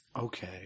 Okay